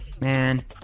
Man